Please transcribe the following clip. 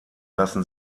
lassen